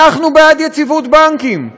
אנחנו בעד יציבות בנקים,